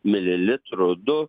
mililitrų du